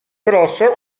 proszę